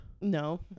No